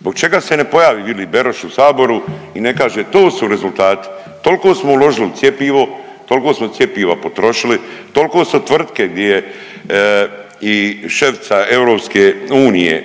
Zbog čega se ne pojavi Vili Beroš u saboru i ne kaže tu su rezultati, tolko smo uložili u cjepivo, tolko smo cjepiva potrošili, tolko su tvrtke di je i šefica EU